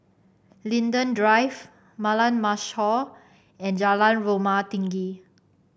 Linden Drive Mashhor and Jalan Rumah Tinggi